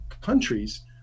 countries